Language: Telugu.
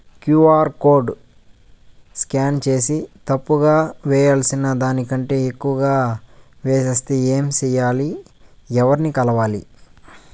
క్యు.ఆర్ కోడ్ స్కాన్ సేసి తప్పు గా వేయాల్సిన దానికంటే ఎక్కువగా వేసెస్తే ఏమి సెయ్యాలి? ఎవర్ని కలవాలి?